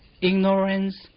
ignorance